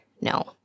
no